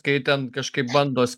kai ten kažkaip bandos